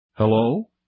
Hello